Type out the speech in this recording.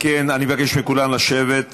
אם כן, אני מבקש מכולם לשבת.